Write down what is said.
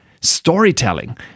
storytelling